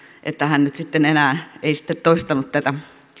että hän nyt sitten enää ei toistanut tätä